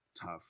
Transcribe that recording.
tough